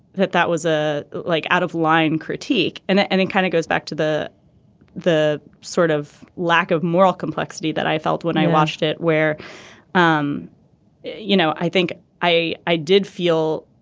that that was a like out of line critique and it and and kind of goes back to the the sort of lack of moral complexity that i felt when i watched it where um you know i think i i did feel